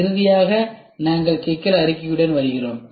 இறுதியாக நாங்கள் சிக்கல் அறிக்கையுடன் வருகிறோம்